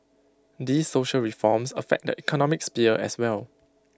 these social reforms affect the economic sphere as well